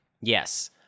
Yes